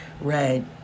red